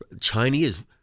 Chinese